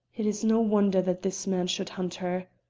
it is no wonder that this man should hunt her.